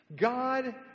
God